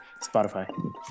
Spotify